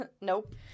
Nope